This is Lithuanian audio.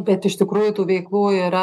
bet iš tikrųjų tų veiklų yra